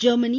Germany